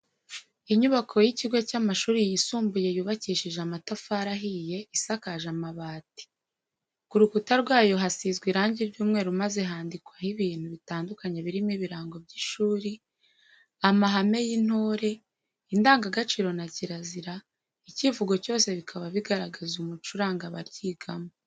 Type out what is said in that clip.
Inyubako y'ikigo cy'amashuri yisumbuye yubakishije amatafari ahiye, isakaje amabati, ku rukutwa rwayo kasizwe irangi ry'umweru maze handikwaho ibintu bitandukanye birimo ibirango by'ishuri, amahame y'intore, indangagaciro na za kirazira, icyivugo byose bikaba bigaragaza umuco uranga abaryigamo.